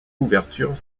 couverture